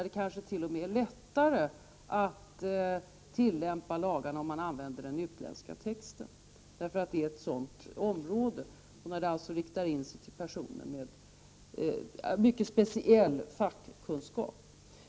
Det kanske då t.o.m. är lättare att tillämpa lagarna om man använder den utländska texten, eftersom detta är områden som riktar sig till personer med mycket speciella fackkunskaper.